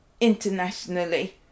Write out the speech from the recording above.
Internationally